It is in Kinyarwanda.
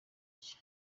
cye